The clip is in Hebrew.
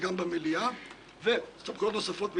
לי יש שתי שאלות.